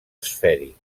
esfèric